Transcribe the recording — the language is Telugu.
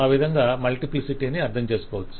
ఆ విధంగా మల్టిప్లిసిటీని అర్ధం చేసుకోవచ్చు